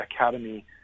academy